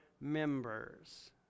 members